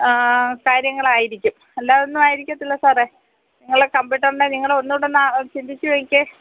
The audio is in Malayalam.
കാര്യങ്ങളായിരിക്കും അല്ലാതെ ഒന്നും ആയിരിക്കത്തില്ല സാറേ നിങ്ങള് കമ്പ്യൂട്ടറിന്റെ നിങ്ങള് ഒന്നൂടൊന്ന് ചിന്തിച്ചു നോക്കിക്കേ